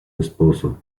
esposo